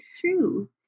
True